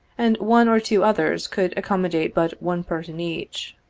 and one or two others could accom modate but one person each.